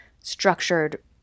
Structured